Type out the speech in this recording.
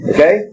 Okay